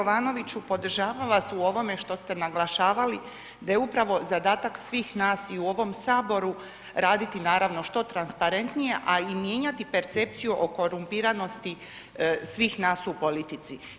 Kolega Jovanoviću, podržavam vas u ovome što ste naglašavali da je upravo zadatak svih nas i u ovom Saboru raditi naravno što transparentnije a i mijenjati percepciju o korumpiranosti svih nas u politici.